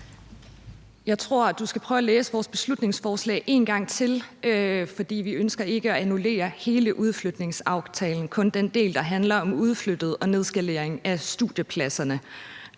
Jeg tror, du skal prøve at læse vores beslutningsforslag en gang til, for vi ønsker ikke at annullere hele udflytningsaftalen, men kun den del, der handler om udflytning og nedskalering af studiepladserne.